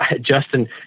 Justin